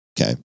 Okay